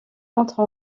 entre